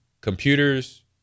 computers